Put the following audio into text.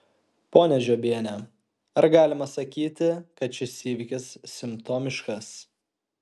ponia žiobiene ar galima sakyti kad šis įvykis simptomiškas